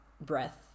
breath